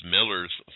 Miller's